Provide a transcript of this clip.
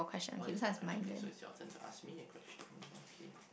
oh it's my question so it its your turn to ask me a question okay